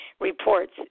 reports